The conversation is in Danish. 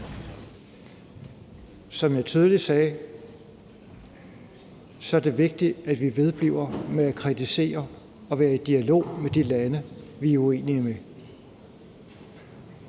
Som jeg tydeligt sagde, er det vigtigt, at vi vedbliver med at kritisere og være i dialog med de lande, vi er uenige med.